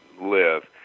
live